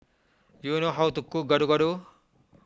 do you know how to cook Gado Gado